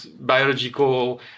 biological